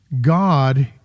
God